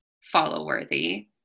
follow-worthy